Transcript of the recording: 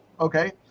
okay